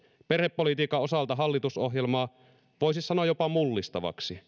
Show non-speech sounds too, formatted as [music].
perhepolitiikan osalta hallitusohjelmaa voisi sanoa jopa mullistavaksi [unintelligible]